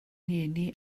ngeni